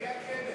מי הכלב?